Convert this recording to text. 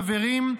חברים,